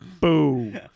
Boo